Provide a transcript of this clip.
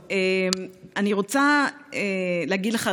אני רוצה להגיד לך,